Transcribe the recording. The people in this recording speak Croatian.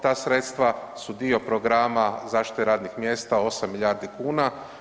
Ta sredstva su dio programa zaštite radnih mjesta 8 milijardi kuna.